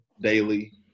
daily